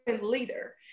leader